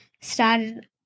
started